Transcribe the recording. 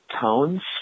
tones